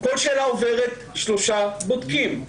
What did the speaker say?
כל שאלה עוברת שלושה בודקים,